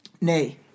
Nay